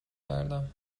کردم